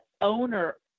owner